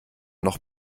noch